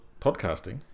Podcasting